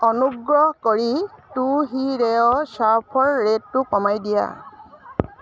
অনুগ্ৰহ কৰি 'টু হি ৰে'ৰ শ্বাফল ৰে'টটো কমাই দিয়া